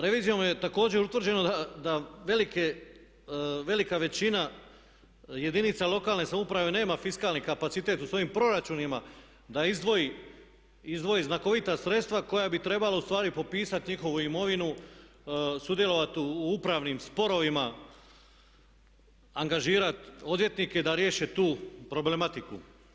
Revizijom je također utvrđeno da velika većina jedinica lokalne samouprave nema fiskalni kapacitet u svojim proračunima da izdvoji znakovita sredstva koja bi trebalo u stvari popisati njihovu imovinu, sudjelovati u upravnim sporovima, angažirat odvjetnike da riješe tu problematiku.